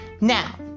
Now